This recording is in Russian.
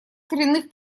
коренных